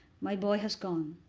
my boy has gone,